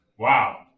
wow